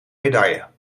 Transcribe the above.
medaille